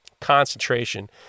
concentration